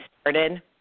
started